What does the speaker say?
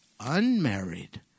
unmarried